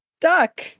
duck